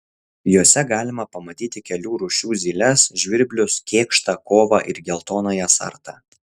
jose galima pamatyti kelių rūšių zyles žvirblius kėkštą kovą ir geltonąją sartą